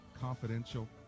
confidential